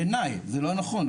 בעיני זה לא נכון.